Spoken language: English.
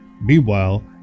Meanwhile